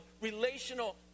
relational